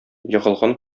егылган